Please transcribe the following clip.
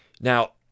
Now